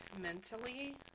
mentally